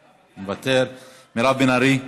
מוותר, מירב בן ארי,